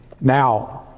Now